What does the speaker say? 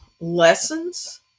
lessons